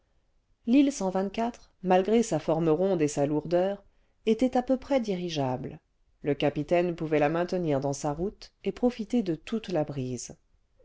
l'île malgré sa forme ronde et sa lourdeur était à peu près dirigeable le capitaine pouvait la maintenir dans sa route et profiter cle toute la brise